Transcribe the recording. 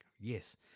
Yes